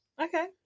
Okay